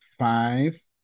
five